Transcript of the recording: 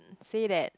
say that